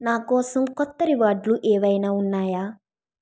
నాకోసం కొత్త రివార్డులు ఏవైనా ఉన్నాయా